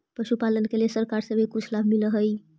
पशुपालन के लिए सरकार से भी कुछ लाभ मिलै हई?